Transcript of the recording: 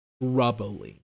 rubbly